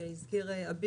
כמו שהזכיר אביר.